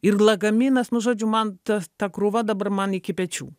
ir lagaminas nu žodžiu man ta krūva dabar man iki pečių